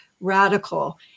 radical